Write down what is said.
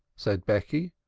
said becky.